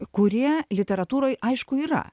kurie literatūroj aišku yra